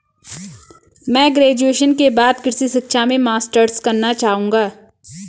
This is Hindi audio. मैं ग्रेजुएशन के बाद कृषि शिक्षा में मास्टर्स करना चाहूंगा